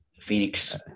Phoenix